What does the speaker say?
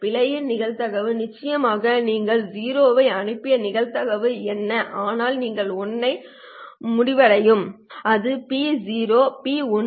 பிழையின் நிகழ்தகவு நிச்சயமாக நீங்கள் 0 ஐ அனுப்பிய நிகழ்தகவு என்ன ஆனால் நீங்கள் 1 ஆக முடிவடையும் அது P பி 1 | 0 பி பி 0 | 1